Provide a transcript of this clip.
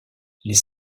les